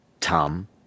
Tom